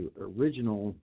original